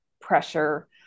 pressure